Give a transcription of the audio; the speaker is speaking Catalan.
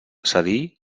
cedir